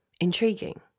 intriguing